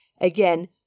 Again